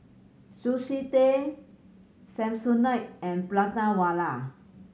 Sushi Tei Samsonite and Prata Wala